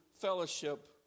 fellowship